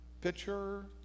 picture